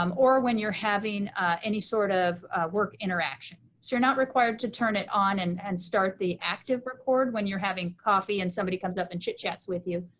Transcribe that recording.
um or when you're having any sort of work interaction. so you're not required to turn it on and and start the active record when you're having coffee and somebody comes up and chit chats with you.